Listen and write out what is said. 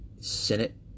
Senate